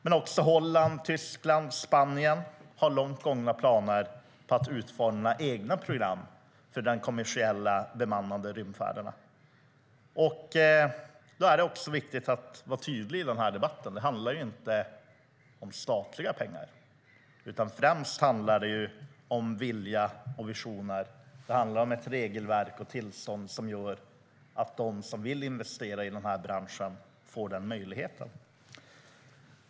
Men också Holland, Tyskland och Spanien har långt gångna planer på att utforma egna program för kommersiella bemannade rymdfärder. Då är det också viktigt att vara tydlig i den här debatten. Det handlar ju inte om statliga pengar utan om vilja och visioner. Det handlar om regelverk och tillstånd som gör att de som vill investera i den här branschen får den möjligheten.